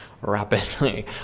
Rapidly